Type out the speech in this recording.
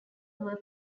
were